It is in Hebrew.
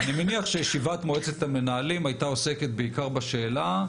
אני מניח שישיבת מועצת המנהלים הייתה עוסקת בעיקר בשאלה: